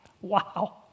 wow